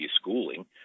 schooling